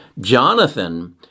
jonathan